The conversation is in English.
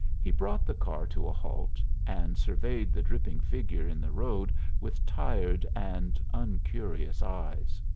he brought the car to a halt and surveyed the dripping figure in the road with tired and uncurious eyes.